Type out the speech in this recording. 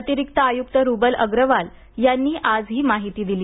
अतिरिक्त आयुक्त रूबल अग्रवाल यांनी आज ही माहिती दिली